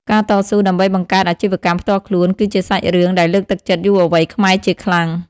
ការតស៊ូ ដើម្បីបង្កើតអាជីវកម្មផ្ទាល់ខ្លួនគឺជាសាច់រឿងដែលលើកទឹកចិត្តយុវវ័យខ្មែរជាខ្លាំង។